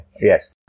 Yes